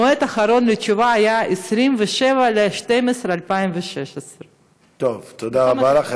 המועד האחרון לתשובה היה 27 בדצמבר 2016. תודה רבה לך.